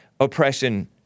oppression